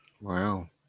Wow